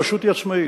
הרשות היא עצמאית.